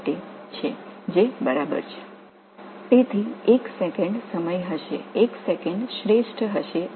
எனவே 1 வினாடி நீங்கள் பெறக்கூடிய சிறந்ததாக இருக்கும்